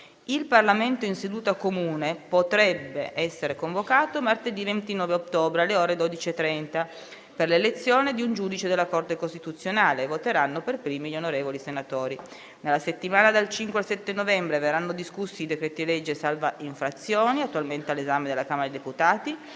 Il Parlamento in seduta comune potrebbe essere convocato martedì 29 ottobre, alle ore 12,30, per l'elezione di un giudice della Corte costituzionale. Voteranno per primi gli onorevoli senatori. Nella settimana dal 5 al 7 novembre verranno discussi il decreto-legge salva infrazioni, attualmente all'esame della Camera dei deputati,